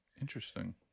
Interesting